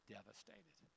Devastated